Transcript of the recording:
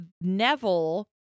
Neville